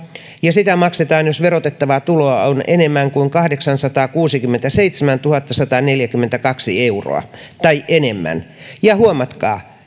ja sitä maksetaan jos verotettavaa tuloa on kahdeksansataakuusikymmentäseitsemäntuhattasataneljäkymmentäkaksi euroa tai enemmän ja huomatkaa